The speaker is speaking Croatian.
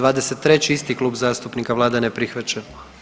23. isti klub zastupnika vlada ne prihvaća.